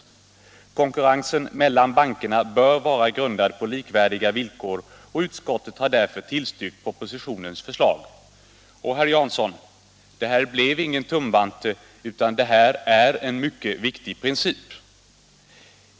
Konkurrens mellan bankerna bör vara grundad på likvärdiga villkor, och utskottet har därför tillstyrkt 49 50 propositionens förslag. Och, herr Jansson, det här blev ingen vanttumme, utan det är en mycket väsentlig princip.